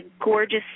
gorgeous